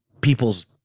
people's